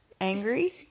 angry